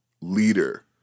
leader